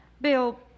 bill